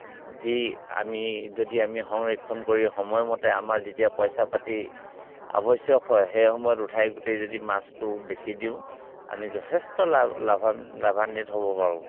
দি আমি যদি আমি সংৰক্ষণ কৰি সময়মতে আমাৰ যেতিয়া পইচা পাতি আৱশ্যক হয় সেই সময়ত উঠাই গোটেই যদি মাছটো বেচি দিওঁ আমি যথেষ্ট লাভ লাভা লাভান্বিত হ'ব পাৰোঁ